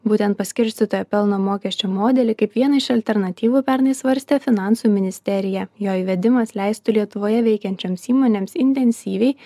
būtent paskirstytojo pelno mokesčio modelį kaip vieną iš alternatyvų pernai svarstė finansų ministerija jo įvedimas leistų lietuvoje veikiančioms įmonėms intensyviai